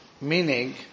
Meaning